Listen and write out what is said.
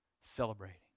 celebrating